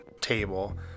table